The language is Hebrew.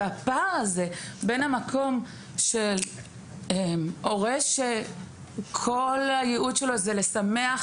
הפער הזה בין המקום של הורה שכל הייעוד שלו זה לשמח